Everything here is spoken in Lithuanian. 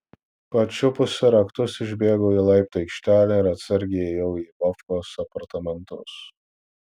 pačiupusi raktus išbėgau į laiptų aikštelę ir atsargiai įėjau į vovkos apartamentus